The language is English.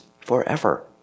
forever